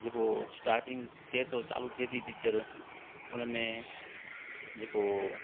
जेको स्टार्टिंग थिए थो चालू थिए थी पिक्चर उनमें जेको